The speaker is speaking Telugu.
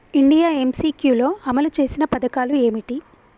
ఇండియా ఎమ్.సి.క్యూ లో అమలు చేసిన పథకాలు ఏమిటి?